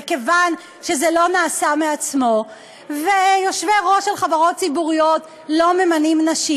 וכיוון שזה לא נעשה מעצמו ויושבי-ראש של חברות ציבוריות לא ממנים נשים,